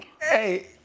Hey